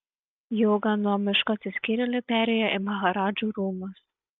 joga nuo miško atsiskyrėlių perėjo į maharadžų rūmus